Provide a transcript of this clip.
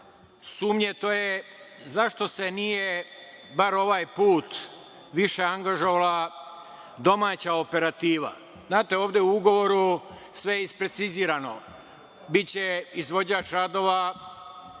sumnje to je zašto se nije bar ovaj put više angažovala domaća operativa? Znate, ovde u ugovoru sve je isprecizirano. Biće izvođač radova